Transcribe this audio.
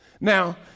Now